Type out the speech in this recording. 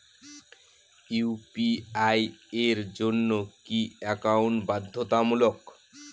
UPI এর জন্য কি একাউন্ট বাধ্যতামূলক?